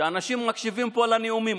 שאנשים מקשיבים פה לנאומים,